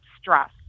stress